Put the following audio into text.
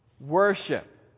worship